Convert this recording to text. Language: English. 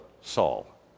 Saul